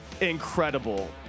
incredible